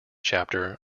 chapter